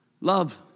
Love